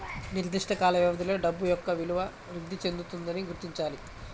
నిర్దిష్ట కాల వ్యవధిలో డబ్బు యొక్క విలువ వృద్ధి చెందుతుందని గుర్తించాలి